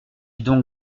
donc